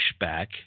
pushback